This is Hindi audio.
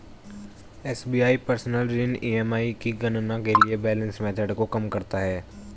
एस.बी.आई पर्सनल ऋण ई.एम.आई की गणना के लिए बैलेंस मेथड को कम करता है